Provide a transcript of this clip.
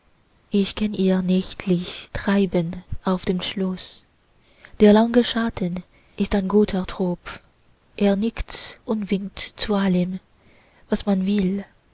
ich kenn ihr nächtlich treiben auf dem schloß der lange schatten ist ein guter tropf er nickt und winkt zu allem was man will